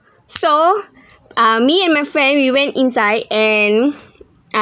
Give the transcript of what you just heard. so ah me and my friend we went inside and ah